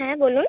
হ্যাঁ বলুন